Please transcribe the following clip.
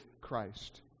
Christ